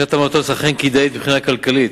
רכישת המטוס אכן כדאית מבחינה כלכלית.